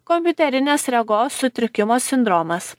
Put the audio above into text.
kompiuterinės regos sutrikimo sindromas